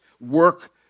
work